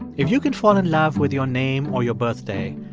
if you can fall in love with your name or your birthday,